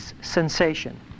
sensation